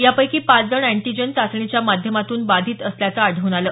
यापैकी पाच जण एन्टिजेन चाचणीच्या माध्यमातून बाधित असल्याचं आढळून आलं